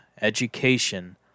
education